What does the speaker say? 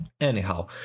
Anyhow